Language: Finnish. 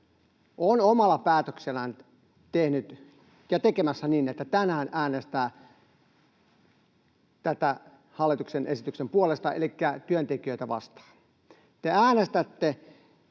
on omalla päätöksellään tehnyt ja tekemässä niin, että tänään äänestää hallituksen esityksen puolesta, elikkä työntekijöitä vastaan. Te äänestätte